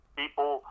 people